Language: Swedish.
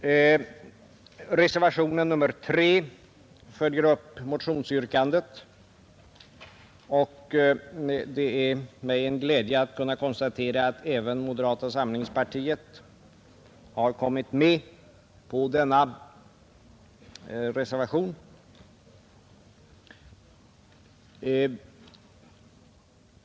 Reservation 3 följer upp motionsyrkandet, och det är mig en glädje att kunna konstatera att även moderata samlingspartiet biträder denna reservation.